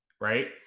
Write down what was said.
Right